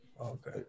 Okay